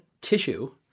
tissue